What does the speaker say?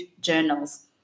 journals